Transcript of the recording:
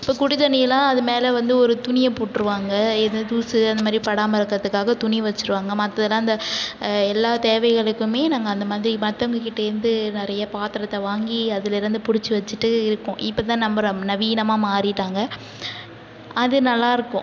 இப்போ குடி தண்ணி எல்லாம் அது மேலே வந்து ஒரு துணியை போட்டுருவாங்க இது தூசு அந்த மாரி படாமல் இருக்குறதுக்காக துணி வச்சுருவாங்க மற்றதெல்லாம் இந்த எல்லா தேவைகளுக்குமே நாங்கள் அந்த மாரி மற்றவுங்க கிட்டேந்து நிறைய பாத்தரத்தை வாங்கி அதுலருந்து பிடிச்சி வச்சிகிட்டு இருக்கோம் இப்போ தான் நம்ப ரொம் நவீனமாக மாறிவிட்டாங்க அது நல்லாருக்கும்